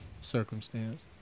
circumstance